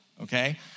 okay